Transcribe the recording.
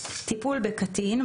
טיפול בקטין,